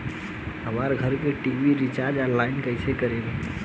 हमार घर के टी.वी रीचार्ज ऑनलाइन कैसे करेम?